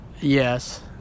Yes